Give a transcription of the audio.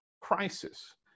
crisis